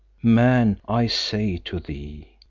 man, i say to thee,